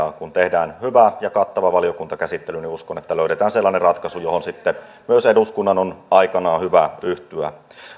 kun tehdään hyvä ja kattava valiokuntakäsittely niin uskon että löydetään sellainen ratkaisu johon sitten myös eduskunnan on aikanaan hyvä yhtyä